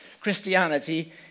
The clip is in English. Christianity